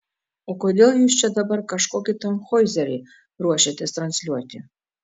o kodėl jūs čia dabar kažkokį tanhoizerį ruošiatės transliuoti